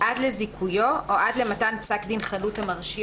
עד סיום ההליך הפלילי נגדו לזיכויו או עד למתן פסק דין חלוט המרשיעו.".